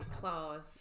claws